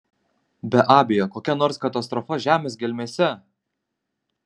be abejo kokia nors katastrofa žemės gelmėse